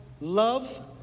love